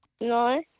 no